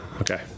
Okay